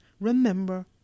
Remember